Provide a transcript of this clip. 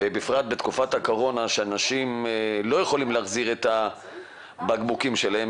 בפרט בתקופת הקורונה כאשר אנשים לא יכולים להחזיר את הבקבוקים שלהם,